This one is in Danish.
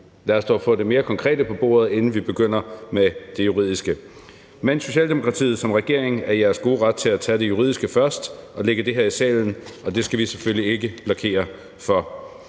Lad os dog få det mere konkrete på bordet, inden vi begynder med det juridiske. Men Socialdemokratiet er jo som regering i deres gode ret til at tage det juridiske først og lægge det her i salen – og det skal vi selvfølgelig ikke blokere for.